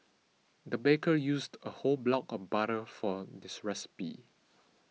the baker used a whole block of butter for this recipe